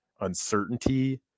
uncertainty